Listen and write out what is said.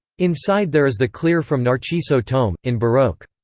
inside there is the clear from narciso tome, in baroque.